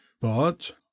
But